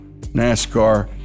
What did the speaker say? NASCAR